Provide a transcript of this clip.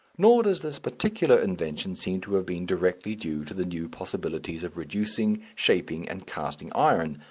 nor does this particular invention seem to have been directly due to the new possibilities of reducing, shaping, and casting iron,